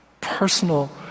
personal